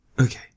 Okay